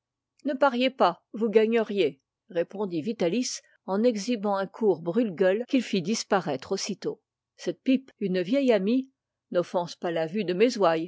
ne pariez pas vous gagneriez répondit vitalis en exhibant un court brûle-gueule qu'il fit disparaître aussitôt cette pipe une vieille amie n'offense pas la vue de mes